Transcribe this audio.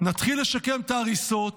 נתחיל לשקם את ההריסות.